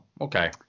okay